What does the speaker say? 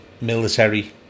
military